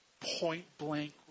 point-blank